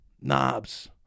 Knobs